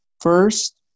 first